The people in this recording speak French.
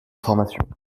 formation